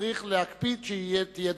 צריך להקפיד שזאת תהיה דקה.